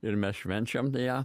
ir mes švenčiame ją